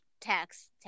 text